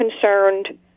concerned